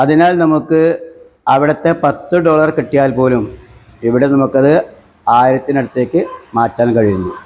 അതിനാൽ നമുക്ക് അവിടുത്തെ പത്തു ഡോളർ കിട്ടിയാൽപ്പോലും ഇവിടെ നമുക്കത് ആയിരത്തിനടുത്തേക്ക് മാറ്റാൻ കഴിയുന്നു